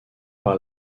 par